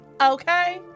okay